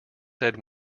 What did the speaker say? said